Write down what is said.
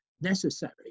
necessary